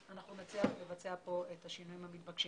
אנחנו נצליח לבצע כאן את השינויים המתבקשים.